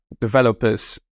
developers